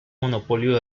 monopolio